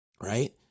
right